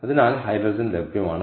അതിനാൽ ഹൈഡ്രജൻ ലഭ്യമാണ്